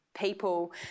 people